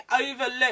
overlook